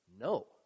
No